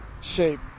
shape